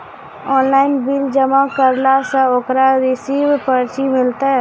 Online bill जमा करला से ओकरौ रिसीव पर्ची मिलतै?